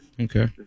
okay